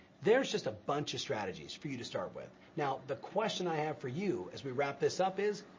there's just a bunch of strategies for you to start with. now, the question i have for you as we wrap this up is,